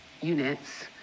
units